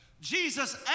Jesus